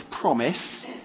promise